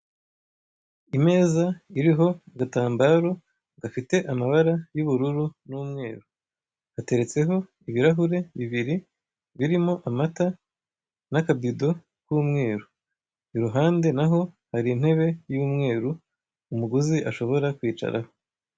Imeza iriho agatambaro gafite amabara y'ubururu n'umweru, hateretseho ibirahure bibiri birimo amata n'akabido k'umweru, i ruhande n'aho hari intebe y'umweru umuguzi ashobora kwicaraho.